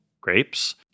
grapes